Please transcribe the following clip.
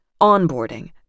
Onboarding